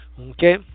Okay